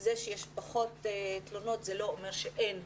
זה שיש פחות תלונות זה לא אומר שאין.